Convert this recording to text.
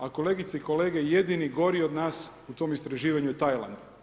A kolegice i kolege, jedini gori od nas u tom istraživanju je Tajland.